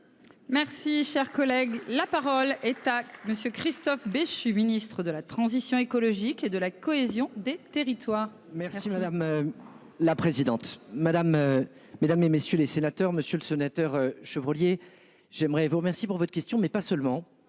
Merci, cher collègue, la parole est à monsieur Christophe Béchu Ministre. De la transition écologique et de la cohésion des territoires. Merci madame. La présidente madame. Mesdames, et messieurs les sénateurs, Monsieur le Sénateur. Chevrollier, j'aimerais vous remercie pour votre question mais pas seulement